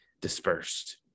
dispersed